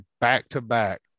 back-to-back